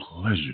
pleasure